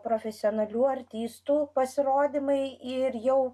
profesionalių artistų pasirodymai ir jau